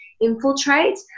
infiltrate